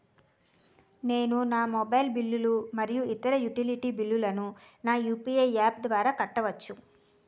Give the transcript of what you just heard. నేను నా మొబైల్ బిల్లులు మరియు ఇతర యుటిలిటీ బిల్లులను నా యు.పి.ఐ యాప్ ద్వారా కట్టవచ్చు